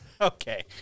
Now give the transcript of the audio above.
Okay